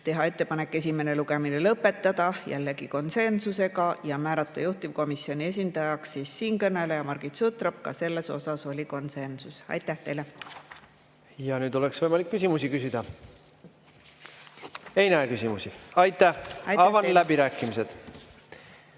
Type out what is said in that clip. teha ettepanek esimene lugemine lõpetada, jälle konsensusega, ja määrata juhtivkomisjoni esindajaks siinkõneleja Margit Sutrop, ka selles oli konsensus. Aitäh teile! Nüüd oleks võimalik küsimusi küsida. Ei näe küsimusi. Aitäh! Avan läbirääkimised.